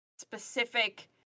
specific